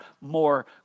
more